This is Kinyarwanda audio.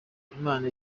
imana